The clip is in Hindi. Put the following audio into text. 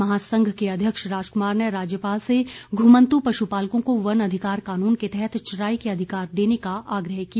महासंघ के अध्यक्ष राजकुमार ने राज्यपाल से घुमंतू पशुपालकों को वन अधिकार कानून के तहत चराई के अधिकार देने का आग्रह किया